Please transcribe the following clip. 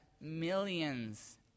millions